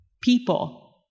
people